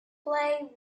play